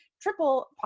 triple